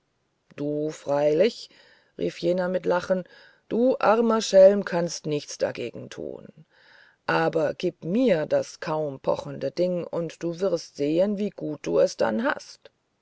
du freilich rief jener mit lachen du armer schelm kannst nichts dagegen tun aber gib mir das kaum pochende ding und du wirst sehen wie gut du es dann hast